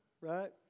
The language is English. right